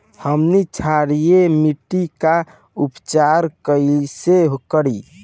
हमनी क्षारीय मिट्टी क उपचार कइसे करी?